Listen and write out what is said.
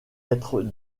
être